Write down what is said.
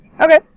Okay